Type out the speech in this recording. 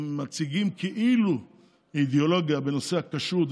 הם מציגים כאילו אידיאולוגיה בנושא הכשרות,